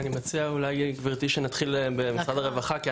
אני מציע גברתי שנתחיל במשרד הרווחה.